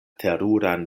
teruran